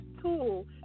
tool